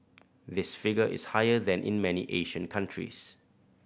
this figure is higher than in many Asian countries